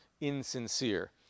insincere